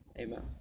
amen